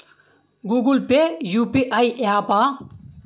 Google Pay UPI య్యాపా?